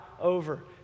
over